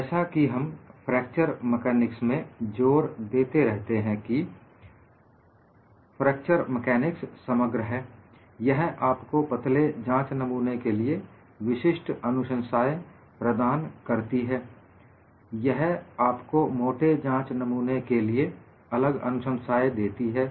जैसा कि हम फ्रैक्चर मेकानिक्स में जोर देते रहते हैं कि फ्रैक्चर मेकानिक्स समग्र है यह आपको पतले जांच नमूने के लिए विशिष्ट अनुशंसाएं प्रदान करती है यह आपको मोटे जांच नमूनों के लिए अलग अनुशंसाएं देती है